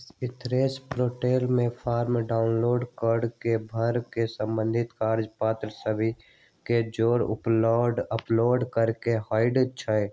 insurance portal से form download कऽ के भर के संबंधित कागज पत्र सभ के जौरे अपलोड करेके होइ छइ